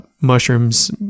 mushrooms